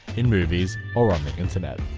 in movies or on the internet.